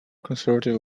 conservative